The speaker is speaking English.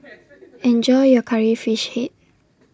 Enjoy your Curry Fish Head